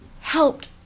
helped